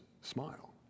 smile